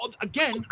Again